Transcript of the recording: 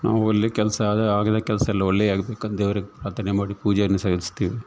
ನಾವು ಒಳ್ಳೆ ಕೆಲಸ ಆಗದ ಕೆಲಸ ಎಲ್ಲ ಒಳ್ಳೆ ಆಗಬೇಕಂತ ದೇವರಿಗೆ ಪ್ರಾರ್ಥನೆ ಮಾಡಿ ಪೂಜೆಯನ್ನು ಸಲ್ಲಿಸ್ತೀವಿ